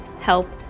Help